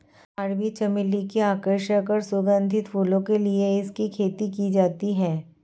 अरबी चमली की आकर्षक और सुगंधित फूलों के लिए इसकी खेती की जाती है